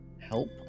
help